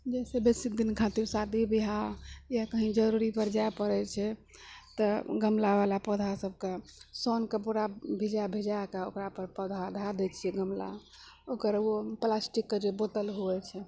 जेसे बेसी दिन खातिर शादी ब्याह या कही जरूरी पर जाइ पड़ै छै तऽ गमलावला पौधा सभके सौनके पूरा भिजै भिजै कऽ ओकरापर पौधा धए दै छियै गमला ओकर ओ प्लास्टिकके जे बोतल हुवऽ छै